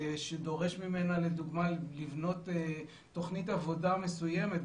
שדורש ממנה לדוגמה לבנות תוכנית עבודה מסוימת,